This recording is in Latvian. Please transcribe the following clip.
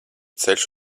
ceļš